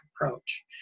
approach